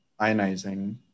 ionizing